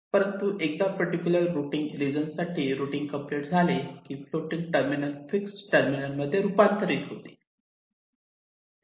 परंतु एकदा particular routing region साठी रुटींग कम्प्लीट झाले की फ्लोटिंग टर्मिनल फिक्स टर्मिनल मध्ये हे रूपांतरित होतील